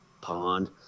pond